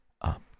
up